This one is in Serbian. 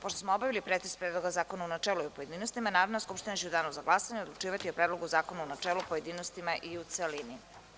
Pošto smo obavili pretres Predloga zakona u načelu i u pojedinostima, Narodna skupština će u Danu za glasanje odlučivati o Predlogu zakona u načelu, pojedinostima i u celini.